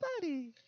buddy